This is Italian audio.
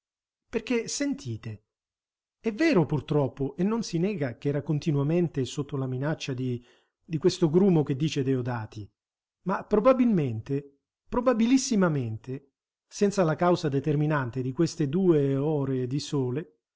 perché sentite è vero purtroppo e non si nega ch'era continuamente sotto la minaccia di di questo grumo che dice deodati ma probabilmente probabilissimamente senza la causa determinante di queste due ore di sole